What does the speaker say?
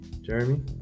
Jeremy